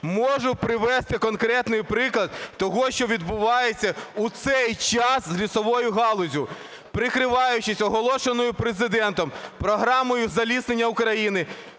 Можу привести конкретний приклад того, що відбувається у цей час з лісовою галуззю. Прикриваючись оголошеною Президентом програмою заліснення України,